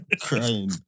Crying